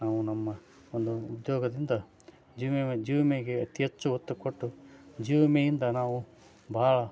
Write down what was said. ನಾವು ನಮ್ಮ ಒಂದು ಉದ್ಯೋಗದಿಂದ ಜೀವ ವಿಮೆ ಜೀವ ವಿಮೆಗೆ ಅತಿ ಹೆಚ್ಚು ಒತ್ತು ಕೊಟ್ಟು ಜೀವ ವಿಮೆಯಿಂದ ನಾವು ಭಾಳ